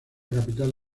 capital